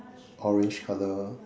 orange colour